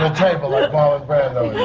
table like marlon brando.